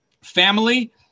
Family